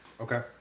okay